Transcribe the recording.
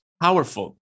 powerful